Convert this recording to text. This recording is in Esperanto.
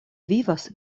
vivas